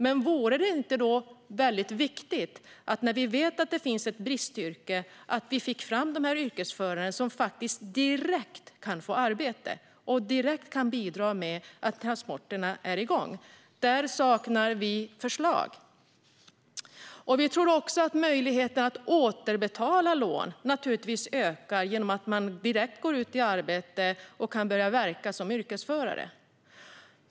När vi vet att det finns brist inom ett yrke, är det då inte viktigt att som i det här fallet få fram yrkesförare som direkt skulle kunna få arbete och kan bidra till att transporterna kommer igång? Vi saknar förslag om det. Vi tror också att möjligheten att återbetala lån ökar om man direkt går ut i arbete och kan börja verka som yrkesförare.